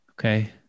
Okay